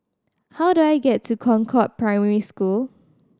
how do I get to Concord Primary School